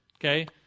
Okay